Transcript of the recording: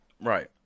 Right